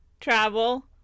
travel